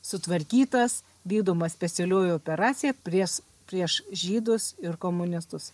sutvarkytas vykdoma specialioji operacija pries prieš žydus ir komunistus